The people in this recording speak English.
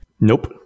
Nope